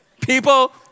people